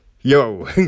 yo